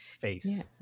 face